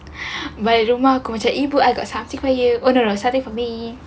but at rumah aku macam ibu I got saksi